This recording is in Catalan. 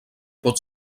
pot